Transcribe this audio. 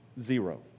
zero